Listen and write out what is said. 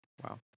Wow